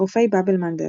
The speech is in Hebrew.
- לחופי באב אל-מנדב.